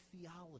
theology